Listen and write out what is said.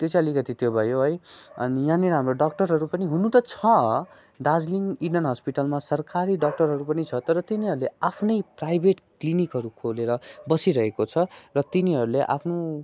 त्यो चाहिँ अलिकति त्यो भयो है अनि यहाँनिर हाम्रो डक्टरहरू पनि हुनु त छ दार्जिलिङ इडन हस्पिटलमा सरकारी डक्टरहरू पनि छ तर तिनीहरूले आफ्नै प्राइभेट क्लिनिकहरू खोलेर बसिरहेको छ र तिनीहरूले आफ्नो